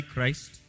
Christ